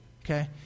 okay